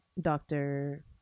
doctor